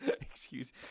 Excuse